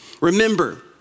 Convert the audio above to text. Remember